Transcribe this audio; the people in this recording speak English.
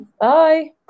Bye